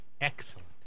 Excellent